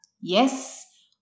Yes